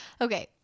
okay